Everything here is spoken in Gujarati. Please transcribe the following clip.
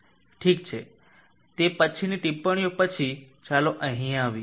ઠીક છે તે પછીની ટિપ્પણીઓ પછી ચાલો અહીં આવીએ